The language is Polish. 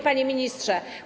Panie Ministrze!